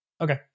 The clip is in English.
okay